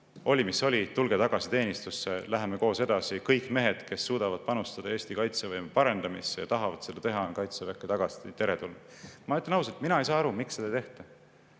Oli mis oli, tulge tagasi teenistusse, läheme koos edasi. Kõik mehed, kes suudavad panustada Eesti kaitsevõime parendamisse ja tahavad seda teha, on Kaitseväkke tagasi teretulnud." Ma ütlen ausalt, et mina ei saa aru, miks seda ei tehta.